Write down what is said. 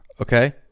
okay